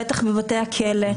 בבטח בבתי הכלא,